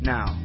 Now